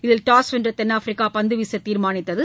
இதில் டாஸ் வென்ற தென்னாப்பிரிக்கா பந்து வீச தீர்மானித்தது